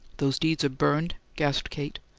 those deeds are burned? gasped kate.